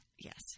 Yes